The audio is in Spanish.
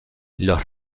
los